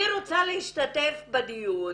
אם היא רוצה להשתתף בדיון,